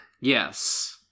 Yes